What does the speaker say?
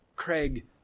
Craig